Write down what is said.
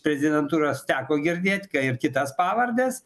prezidentūros teko girdėt ką ir kitas pavardes